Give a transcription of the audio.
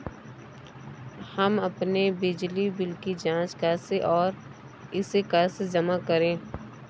हम अपने बिजली बिल की जाँच कैसे और इसे कैसे जमा करें?